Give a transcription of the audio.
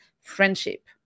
friendship